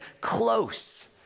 close